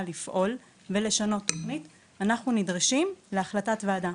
לפעול ולשנות תוכנית אנחנו נדרשים להחלטת וועדה.